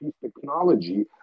technology